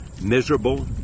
miserable